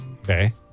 Okay